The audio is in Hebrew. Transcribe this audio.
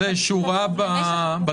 זה שורה בתוכנה.